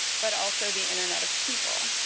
but also the internet of people.